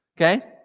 okay